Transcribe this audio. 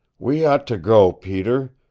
we ought to go, peter.